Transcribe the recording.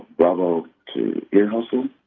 bravo to ear hustle,